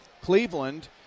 Cleveland